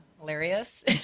hilarious